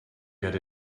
get